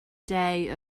day